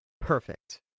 Perfect